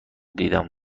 دیدیم